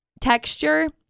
texture